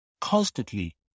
constantly